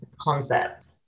concept